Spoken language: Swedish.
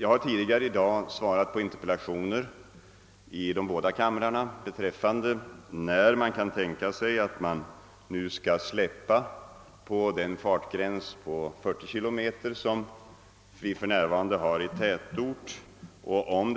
Jag har i dag svarat på interpellationer i båda kamrarna om när man kan tänka sig att släppa fartgränsen på 40 kilometer i tätort och